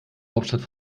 hauptstadt